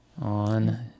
on